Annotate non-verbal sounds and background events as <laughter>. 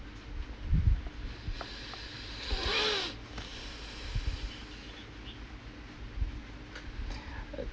<breath>